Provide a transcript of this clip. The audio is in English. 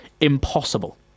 impossible